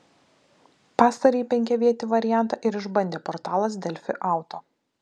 pastarąjį penkiavietį variantą ir išbandė portalas delfi auto